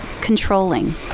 controlling